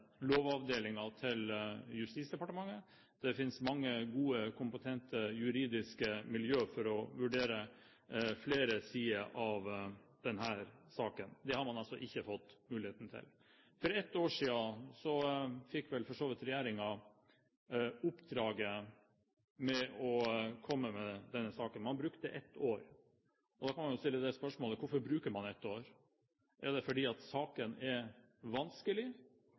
Lovavdelingen i Justisdepartementet. Det finnes mange gode og kompetente juridiske miljøer for å vurdere flere sider av denne saken. Det har man altså ikke fått muligheten til. For ett år siden fikk regjeringen i oppdrag å komme med denne saken. Man brukte ett år. Og da kan man jo stille spørsmålet: Hvorfor bruker man ett år? Er det fordi saken er vanskelig,